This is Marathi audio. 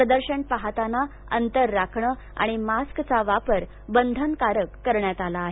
प्रदर्शन पाहताना अंतर राखणं आणि मास्कचा वापर बंधनकारक करण्यात आला आहे